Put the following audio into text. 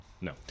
No